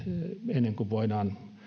ennen kuin voidaan